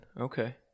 Okay